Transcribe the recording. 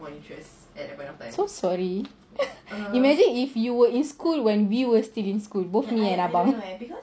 so sorry imagine if you were in school when we were still in school both me and abang